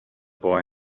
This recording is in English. boy